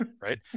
right